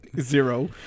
zero